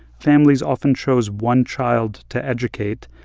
families often chose one child to educate.